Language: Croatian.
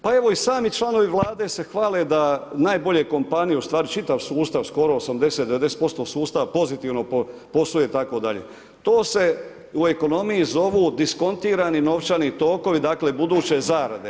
Pa evo, i sami članovi vlade se hvale da najbolje kompanije, ustvari čitav sustav, skoro 80, 90% sustava pozitivno posluje itd. to se u ekonomiji zovu diskontirani novčani tokovi, dakle, buduće zarade.